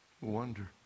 wonder